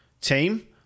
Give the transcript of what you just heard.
team